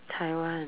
Taiwan